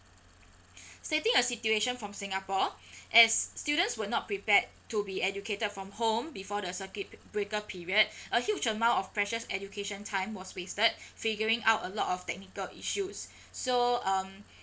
stating a situation from singapore as students were not prepared to be educated from home before the circuit breaker period a huge amount of precious education time was wasted figuring out a lot of technical issues so um